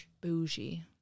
Bougie